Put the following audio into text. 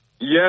yes